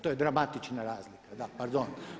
To je dramatična razlika, da pardon.